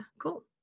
cool